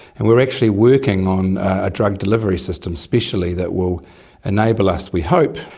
and we're actually working on a drug delivery system especially that will enable us, we hope,